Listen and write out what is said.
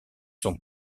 sont